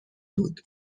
بود